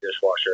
dishwasher